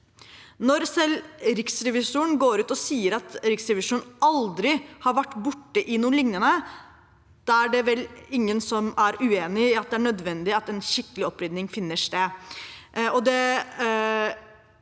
Når selv riksrevisoren går ut og sier at Riksrevisjonen aldri har vært borti noe lignende, er det vel ingen som er uenig i at det er nødvendig at en skikkelig opprydding finner sted.